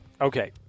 Okay